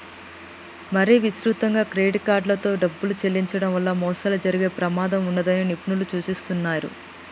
మరీ విస్తృతంగా క్రెడిట్ కార్డుతో డబ్బులు చెల్లించడం వల్ల మోసాలు జరిగే ప్రమాదం ఉన్నదని నిపుణులు సూచిస్తున్నరు